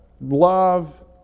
love